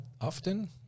often